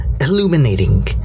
illuminating